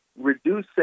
reducing